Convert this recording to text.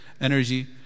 energy